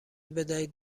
بدهید